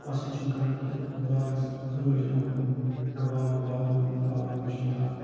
پسَنٛد چھُم کران کہِ باغَس رٲچھ بِہُن یا باغَس واتُن تار وُچھَنۍ تَتھ